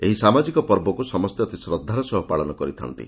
ଏହି ସାମାଜିକ ପର୍ବକୁ ସମସେ ଅତି ଶ୍ରଦ୍ଧାର ସହ ପାଳନ କରିଥାନ୍ତି